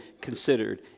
considered